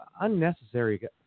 unnecessary